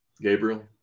Gabriel